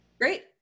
Great